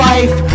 Life